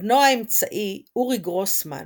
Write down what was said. בנו האמצעי אורי גרוסמן,